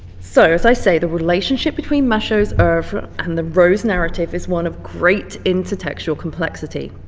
so, as i say, the relationship between machaut's oeuvre and the rose narrative is one of great intertextual complexity.